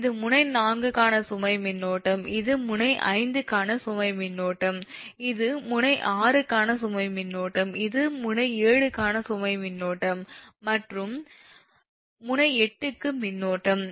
இது முனை 4 க்கான சுமை மின்னோட்டம் இது முனை 5 க்கான சுமை மின்னோட்டம் இது முனை 6 க்கான சுமை மின்னோட்டம் இது சுமை முனை 7 க்கான மின்னோட்டம் மற்றும் முனை 8 க்கு மின்னோட்டம்